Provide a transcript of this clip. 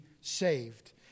saved